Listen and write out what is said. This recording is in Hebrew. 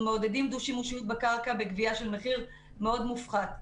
אנחנו מעודדים דו-שימושיות בקביעה של מחיר מאוד מופחת.